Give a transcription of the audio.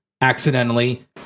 accidentally